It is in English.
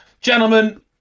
Gentlemen